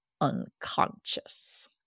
unconscious